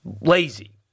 lazy